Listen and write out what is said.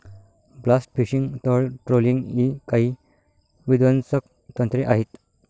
blast fishing, तळ trolling इ काही विध्वंसक तंत्रे आहेत